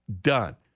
done